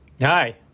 Hi